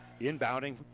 Inbounding